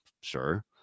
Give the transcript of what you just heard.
sure